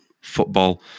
football